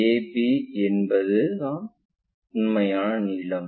ab என்பதுதான் உண்மையான நீளம்